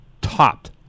topped